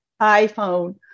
iPhone